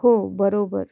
हो बरोबर